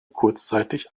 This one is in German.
kurzzeitig